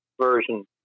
version